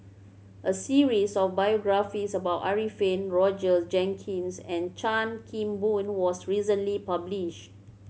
a series of biographies about Arifin Roger Jenkins and Chan Kim Boon was recently published